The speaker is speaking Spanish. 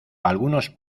algunos